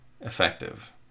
effective